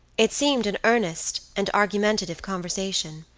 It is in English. it seemed an earnest and argumentative conversation.